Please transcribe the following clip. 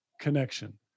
connection